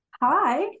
Hi